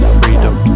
freedom